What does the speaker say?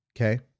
okay